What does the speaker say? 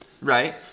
right